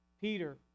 Peter